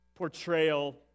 portrayal